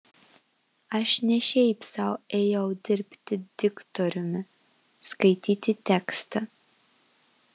aš ne šiaip sau ėjau dirbti diktoriumi skaityti tekstą